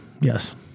Yes